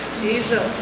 Jesus